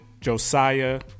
Josiah